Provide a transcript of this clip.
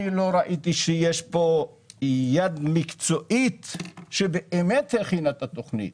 אני לא ראיתי שיש כאן יד מקצועית שבאמת הכינה את התכנית.